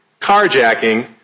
carjacking